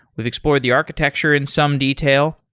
we've explored the architecture in some detail.